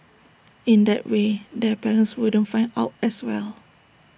in that way their parents wouldn't find out as well